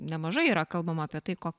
nemažai yra kalbama apie tai ko